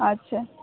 আচ্ছা